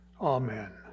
Amen